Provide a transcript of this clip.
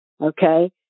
Okay